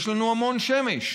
יש לנו המון שמש.